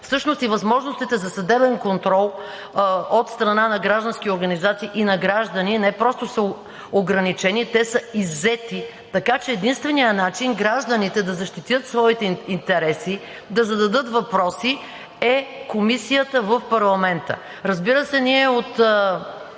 Всъщност и възможностите за съдебен контрол от страна на граждански организации и на граждани не просто са ограничени, те са иззети, така че единственият начин гражданите да защитят своите интереси, да зададат въпроси е комисията в парламента. Разбира се, ние от